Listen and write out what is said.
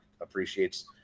appreciates